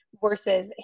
versus